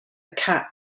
cat